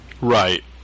Right